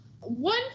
one